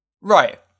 Right